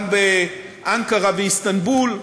גם באנקרה ובאיסטנבול,